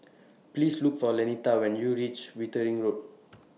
Please Look For Lanita when YOU REACH Wittering Road